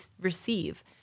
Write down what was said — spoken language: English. receive